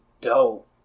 dope